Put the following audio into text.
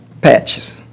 patches